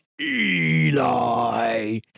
Eli